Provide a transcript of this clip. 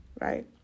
right